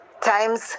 times